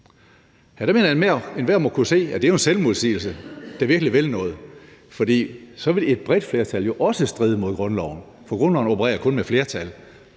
mener jeg, at enhver må kunne se, at det er en selvmodsigelse, der virkelig vil noget, for så vil et bredt flertal jo også stride mod grundloven, for grundloven operer kun med flertal.